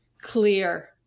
clear